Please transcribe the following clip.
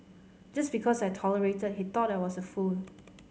just because I tolerated he thought I was a fool